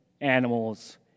animals